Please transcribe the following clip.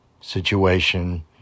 situation